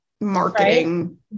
marketing